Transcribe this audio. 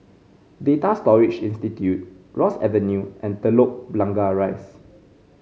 Data Storage Institute Ross Avenue and Telok Blangah Rise